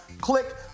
Click